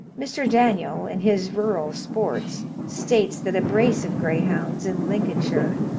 mr. daniel, in his rural sports, states that a brace of greyhounds, in lincolnshire,